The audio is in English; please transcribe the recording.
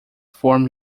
form